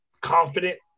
confident